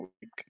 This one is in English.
Week